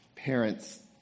Parents